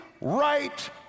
right